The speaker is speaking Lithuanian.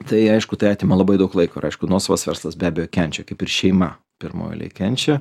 tai aišku tai atima labai daug laiko ir aišku nuosavas verslas be abejo kenčia kaip ir šeima pirmoj eilėj kenčia